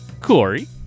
Corey